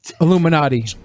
Illuminati